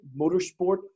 motorsport